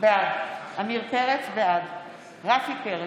בעד רפי פרץ,